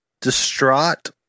distraught